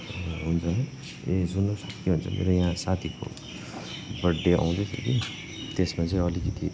हुन्छ है ए सुन्नुहोस् न के भन्छ मेरो यहाँ साथीको बर्थडे आउँदै थियो कि त्यसमा चाहिँ अलिकति